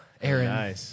Aaron